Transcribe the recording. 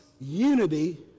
unity